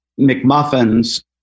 McMuffins